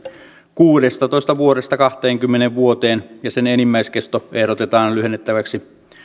kuudestatoista vuodesta kaksikymmentä vuoteen ja sen enimmäiskesto ehdotetaan lyhennettäväksi